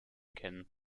kennen